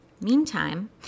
Meantime